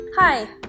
Hi